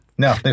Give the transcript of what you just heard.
No